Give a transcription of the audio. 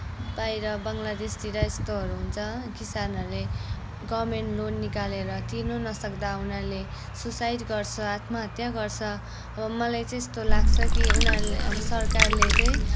बाहिर बङ्गलादेशतिर यस्तोहरू हुन्छ किसानहरूले गभर्नमेन्ट लोन निकालेर तिर्न नसक्दा उनीहरूले सुइसाइड गर्छ आत्महत्या गर्छ अब मलाई चाहिँ यस्तो लाग्छ कि उनीहरूले अब सरकारले चाहिँ